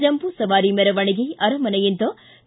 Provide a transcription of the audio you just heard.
ಜಂಬೂ ಸವಾರಿ ಮೆರವಣಿಗೆ ಅರಮನೆಯಿಂದ ಕೆ